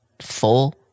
full